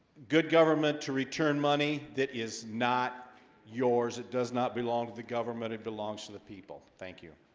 good government to return money that is not yours. it does not belong to the government it belongs to the people. thank you